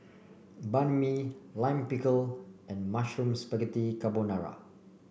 Banh Mi Lime Pickle and Mushroom Spaghetti Carbonara